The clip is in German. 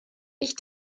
ich